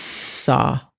saw